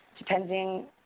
Depending